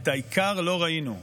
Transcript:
את העיקר לא ראינו.